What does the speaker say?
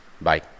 Bye